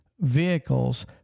vehicles